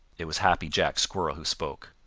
it was happy jack squirrel who spoke.